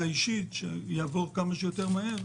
יעבור כמה שיותר מהר,